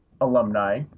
alumni